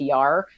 PR